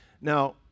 Now